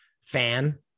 fan